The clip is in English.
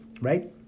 Right